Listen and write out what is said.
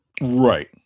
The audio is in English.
Right